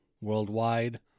worldwide